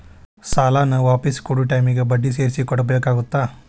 ಸಾಲಾನ ವಾಪಿಸ್ ಕೊಡೊ ಟೈಮಿಗಿ ಬಡ್ಡಿ ಸೇರ್ಸಿ ಕೊಡಬೇಕಾಗತ್ತಾ